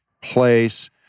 place